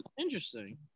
Interesting